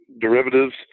derivatives